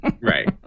right